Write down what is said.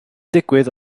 digwydd